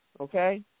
Okay